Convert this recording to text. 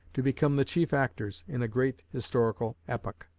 to become the chief actors in a great historical epoch.